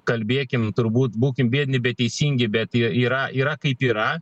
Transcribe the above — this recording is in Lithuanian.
kalbėkim turbūt būkim biedni bet teisingi bet jie yra yra kaip yra